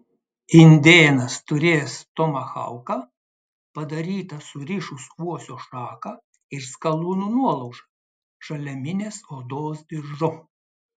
indėnas turės tomahauką padarytą surišus uosio šaką ir skalūno nuolaužą žaliaminės odos diržu